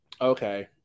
Okay